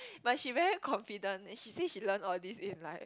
but she very confident and she say she learn all this in like